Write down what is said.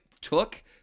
took